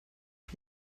für